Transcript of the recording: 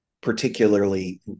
particularly